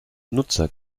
nutzer